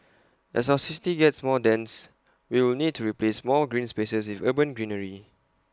as our city gets more dense we will need to replace more green spaces urban greenery